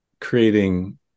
creating